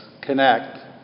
connect